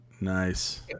Nice